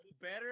better